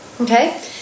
Okay